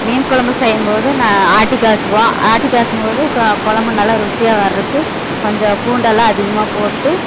மீன் குழம்பு செய்யும் போதும் நான் ஆட்டி காய்ச்சுவோம் ஆட்டி காய்ச்சும் போது குழம்பு நல்லா ருசியாக வர்றதுக்கு கொஞ்சம் பூண்டெல்லாம் அதிகமாக போட்டு